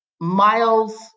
Miles